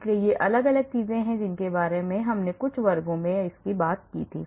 इसलिए ये अलग अलग चीजें हैं जिनके बारे में हमने पिछले कुछ वर्गों में बात की थी